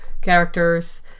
characters